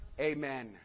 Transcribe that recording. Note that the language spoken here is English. Amen